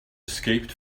escaped